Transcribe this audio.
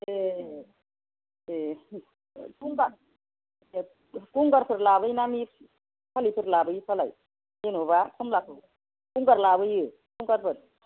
ए ए गंगारफोर लाबोयोना नेपालिफोर लाबोयोफालाय जेनेबा खमलाखौ गंगार लाबोयो गंगारफोर